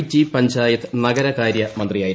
T panchayat നഗരകാര്യ മന്ത്രിയായിരുന്നു